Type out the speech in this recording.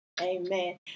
Amen